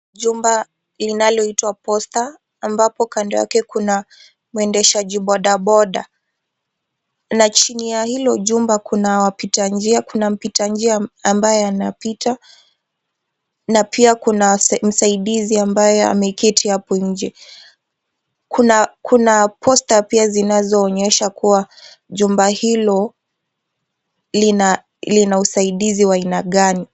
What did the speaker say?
Jumba inayoitwa posta ambapo kando yake kuna mwendeshaji boda boda. Na chini ya hilo jumba kuna wapita njia, kuna mpita njia ambaye anapita na pia kuna msaidizi ambaye ameketi hapo nje. Kuna kuna posta pia zinazoonyesha kuwa jumba hilo lina usaidizi wa aina gani.